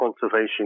conservation